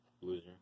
loser